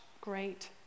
great